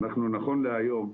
נכון להיום,